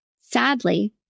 Sadly